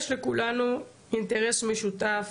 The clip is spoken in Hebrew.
יש לכולנו אינטרס משותף,